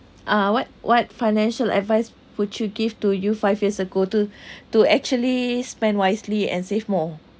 uh what what financial advice would you give to you five years ago to to actually spend wisely and save more